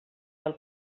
del